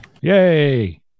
Yay